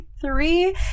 three